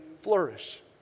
flourish